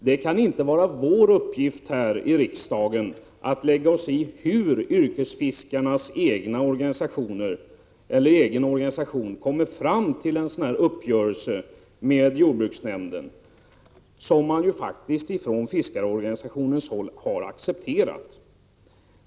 Det kan inte vara vår uppgift här i riksdagen att lägga oss i hur yrkesfiskarnas egen organisation kommer fram till en sådan här uppgörelse med jordbruksnämnden, som man ju faktiskt från fiskarorganisationens håll har accepterat.